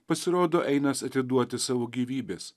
pasirodo einąs atiduoti savo gyvybės